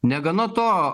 negana to